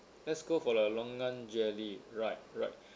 let's go for the longan jelly right right